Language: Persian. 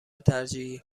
ترجیحی